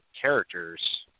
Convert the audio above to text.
characters